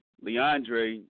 Leandre